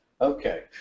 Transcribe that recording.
Okay